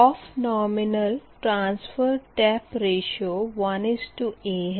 of nominal transfer tap ratio 1a है